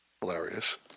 hilarious